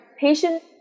patient